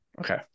Okay